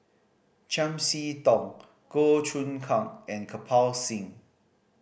Chiam See Tong Goh Choon Kang and Kirpal Singh